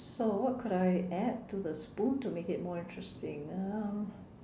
so what could I add to the spoon to make it more interesting um